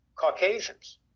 Caucasians